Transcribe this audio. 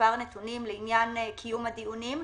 במספר נתונים לעניין קיום הדיונים,